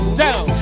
down